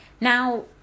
Now